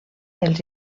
els